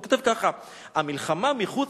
הוא כותב כך: "המלחמה מחוץ,